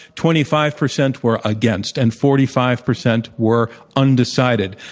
twenty five percent were against, and forty five percent were undecided.